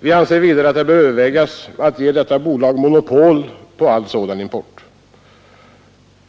Vi anser vidare att det bör övervägas att ge detta bolag monopol på all sådan import.